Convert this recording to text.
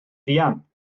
fuan